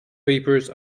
papers